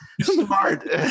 smart